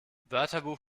wörterbuch